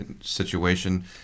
situation